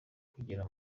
kugera